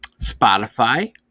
Spotify